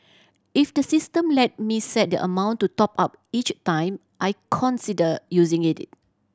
if the system let me set the amount to top up each time I consider using it it